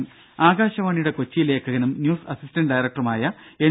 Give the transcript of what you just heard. ദ്ദേ ആകാശവാണിയുടെ കൊച്ചി ലേഖകനും ന്യൂസ് അസിസ്റ്റന്റ് ഡയറക്ടറും ആയ എൻ